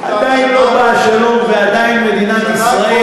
אתה יודע שעדיין לא בא השלום ועדיין מדינת ישראל,